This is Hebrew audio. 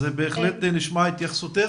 נשמע את התייחסותך.